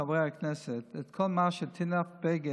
חברי הכנסת, את כל מה שתינה בנט